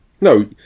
No